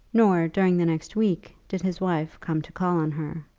nor during the next week did his wife come to call on her.